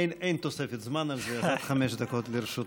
אין תוספת זמן על זה, אז עד חמש דקות, ברשותך.